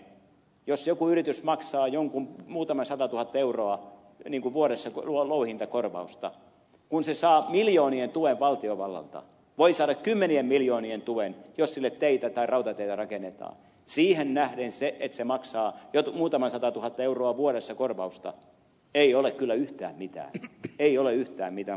jos joku yritys maksaa muutaman satatuhatta euroa vuodessa louhintakorvausta kun se saa miljoonien tuen valtiovallalta voi saada kymmenien miljoonien tuen jos sille teitä tai rautateitä rakennetaan niin siihen nähden se että se maksaa muutaman satatuhatta euroa vuodessa korvausta ei ole kyllä yhtään mitään ei ole yhtään mitään minun mielestäni